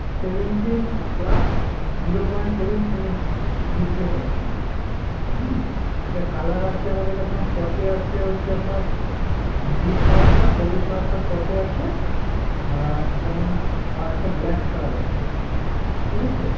seventeen plus zero point seven সেমেস display পাচ্ছেন হুম এটা কালার আছে আমাদের কাছে এখন স্টকে আছে হচ্ছে আপনার গ্রিন কালারটা সবুজ কালারটা স্টকে আছে আর একটা মনে হয় আর একটা ব্ল্যাক কালার আছে ঠিক আছে